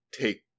take